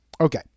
okay